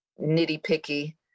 nitty-picky